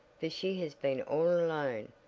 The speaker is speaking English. for she has been all alone,